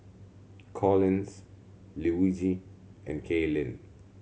Collins Luigi and Kaylin